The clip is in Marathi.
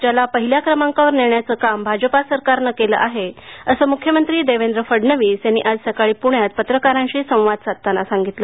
राज्याला पहिल्या क्रमांकावर नेण्याचं काम भाजपा सरकारने केलं आहे असं मुख्यमंत्री देवेंद्र फडणवीस यांनी आज सकाळी पुण्यात पत्रकारांशी संवाद साधताना सांगितलं